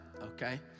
okay